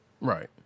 Right